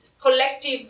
collective